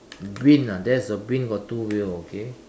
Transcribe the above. green lah there's a bin got two wheel okay